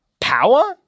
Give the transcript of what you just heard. power